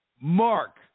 Mark